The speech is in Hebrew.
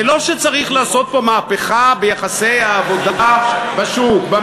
זה לא שצריך לעשות פה מהפכה ביחסי העבודה במשק,